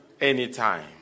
anytime